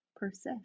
persist